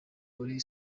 muri